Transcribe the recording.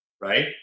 right